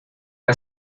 que